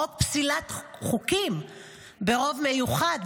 חוק פסילת חוקים ברוב מיוחד,